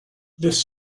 this